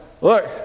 Look